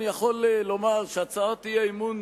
אני יכול לומר שהצעת האי-אמון,